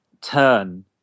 turn